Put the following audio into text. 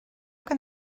can